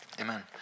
amen